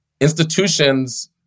institutions